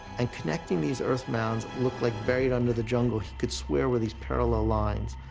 and connecting these earth mounds looked like, buried under the jungle, he could swear were these parallel lines.